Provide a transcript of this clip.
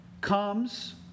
comes